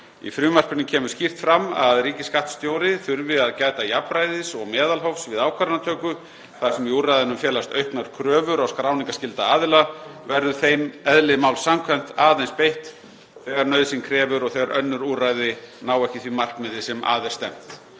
Í frumvarpinu kemur skýrt fram að ríkisskattstjóri þurfi að gæta jafnræðis og meðalhófs við ákvarðanatöku þar sem í úrræðunum felast auknar kröfur á skráningarskylda aðila. Verður þeim eðli máls samkvæmt aðeins beitt þegar nauðsyn krefur og þegar önnur úrræði ná ekki því markmiði sem að er stefnt.